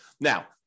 Now